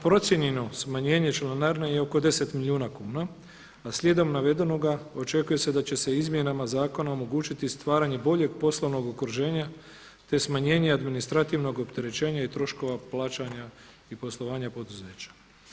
Procijenjeno smanjenje članarina je oko 10 milijuna kuna, a slijedom navedenoga očekuje se da će se izmjenama zakona omogućiti stvaranje boljeg poslovnog okruženja te smanjenje administrativnog opterećenja i troškova plaćanja i poslovanja poduzeća.